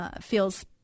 feels